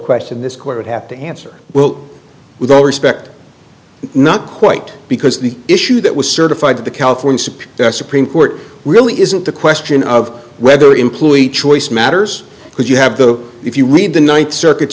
question this court would have to answer well with all respect not quite because the issue that was certified to the california supreme supreme court really isn't the question of whether employee choice matters because you have the if you read the ninth circuit